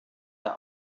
der